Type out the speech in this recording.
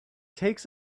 takes